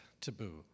taboo